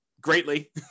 greatly